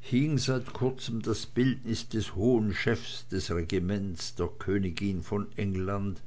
hing seit kurzem das bildnis des hohen chefs des regiments der königin von england